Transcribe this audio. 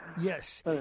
Yes